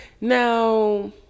now